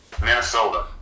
Minnesota